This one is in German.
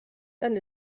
dann